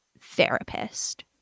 therapist